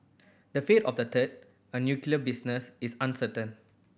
the fate of the third a nuclear business is uncertain